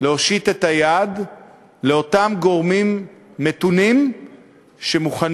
להושיט את היד לאותם גורמים מתונים שמוכנים